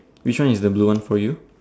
which one is the blue one for you